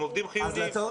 הם עובדים חיוניים.